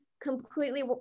completely